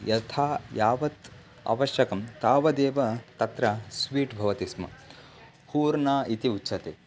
यथा यावत् अवश्यकं तावदेव तत्र स्वीट् भवति स्म हूर्णा इति उच्यते